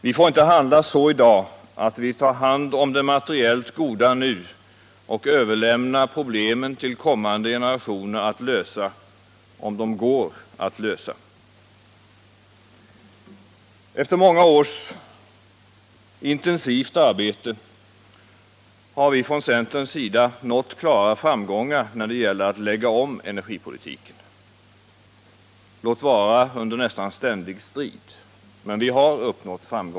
Vi får inte handla så i dag, att vi tar hand om det materiellt goda nu och överlämnar problemen till de kommande generationerna att lösa — om de går att lösa. Efter många års intensivt arbete har vi från centerns sida nått klara framgångar när det gäller att lägga om energipolitiken, låt vara under nästan ständig strid.